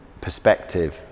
perspective